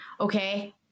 okay